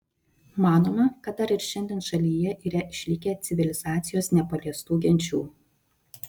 manoma kad dar ir šiandien šalyje yra išlikę civilizacijos nepaliestų genčių